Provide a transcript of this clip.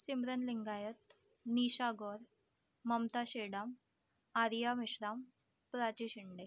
Simran Lingayat Nisha Gaur Mamta Shedam Arya Meshram Prachi Shende